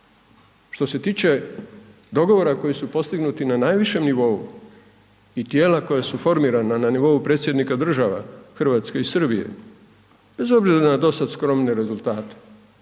Što se tiče dogovori koji su postignuti na najvišem nivou i tijela koja su formirana na nivou predsjednika država Hrvatske i Srbije, bez obzira na do sada skromne rezultate